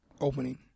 opening